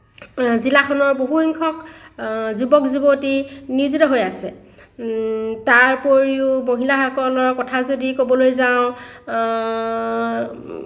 জিলাখনৰ বহুসংখ্যক যুৱক যুৱতী নিয়োজিত হৈ আছে তাৰোপৰিও মহিলাসকলৰ কথা যদি ক'বলৈ যাওঁ